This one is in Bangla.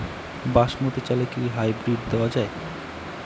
বাসমতী চালে কি হাইব্রিড দেওয়া য়ায়?